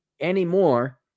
anymore